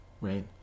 right